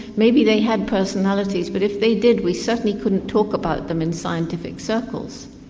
maybe they had personalities but if they did we certainly couldn't talk about them in scientific circles.